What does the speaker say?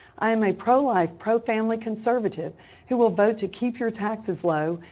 i am a pro life, pro-family conservative who will vote to keep your taxes low,